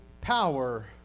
power